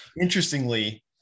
interestingly